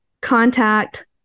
Contact